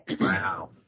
Wow